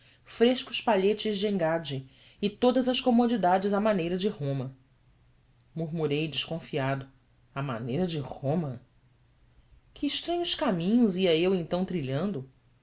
frescos palhetes de engada e todas as comodidades à maneira de roma murmurei desconfiado à maneira de roma que estranhos caminhos ia eu então trilhando